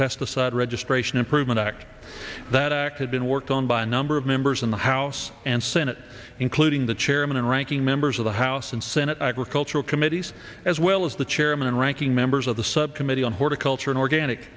pesticide registration improvement act that act had been worked on by a number of members in the house and senate including the chairman and ranking members of the house and senate agricultural committees as well as the chairman and ranking members of the subcommittee on horticulture in organic